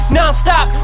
Non-stop